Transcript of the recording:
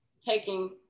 taking